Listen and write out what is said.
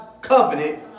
covenant